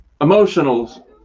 Emotionals